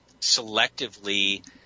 selectively